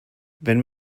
wenn